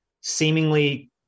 seemingly